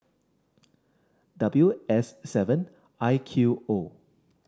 W S seven I Q O